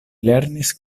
lernis